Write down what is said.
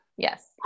Yes